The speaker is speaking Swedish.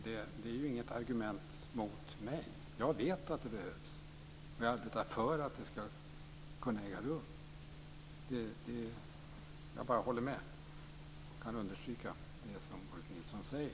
Det är inget argument mot mig. Jag vet att det behövs, och jag arbetar för att det ska kunna äga rum. Jag kan bara hålla med och understryka det Ulf Nilsson säger.